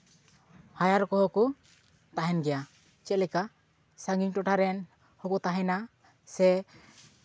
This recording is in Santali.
ᱦᱟᱭᱟᱨ ᱠᱚᱦᱚᱸ ᱠᱚ ᱛᱟᱦᱮᱱ ᱜᱮᱭᱟ ᱪᱮᱫ ᱞᱮᱠᱟ ᱥᱟᱺᱜᱤᱧ ᱴᱚᱴᱷᱟ ᱨᱮᱱ ᱦᱚᱸᱠᱚ ᱛᱟᱦᱮᱱᱟ ᱥᱮ